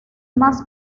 más